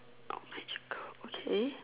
got magical okay